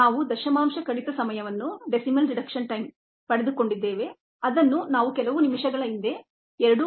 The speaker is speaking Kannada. ನಾವು ಡೆಸಿಮಲ್ ರಿಡೆಕ್ಷನ್ ಟೈಮ್ ಅನ್ನು ಪಡೆದುಕೊಂಡಿದ್ದೇವೆ ಅದನ್ನು ನಾವು ಕೆಲವು ನಿಮಿಷಗಳ ಹಿಂದೆ 2